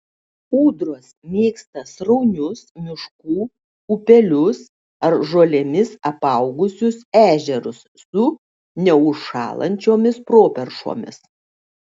ūdros mėgsta sraunius miškų upelius ar žolėmis apaugusius ežerus su neužšąlančiomis properšomis